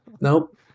Nope